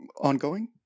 ongoing